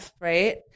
right